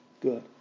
good